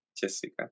Jessica